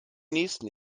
nächsten